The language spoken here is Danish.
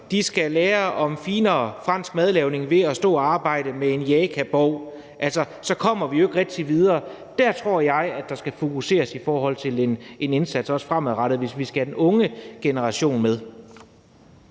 skal lære om finere fransk madlavning ved at stå at arbejde med Jaka Bov, kommer vi jo ikke rigtig videre. Der tror jeg, at der skal fokuseres på en indsats fremadrettet, hvis vi skal have den unge generation med.